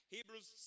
Hebrews